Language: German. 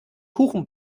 kuchen